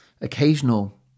occasional